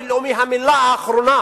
ולחוק הבין-לאומי המלה האחרונה